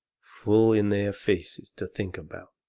full in their faces, to think about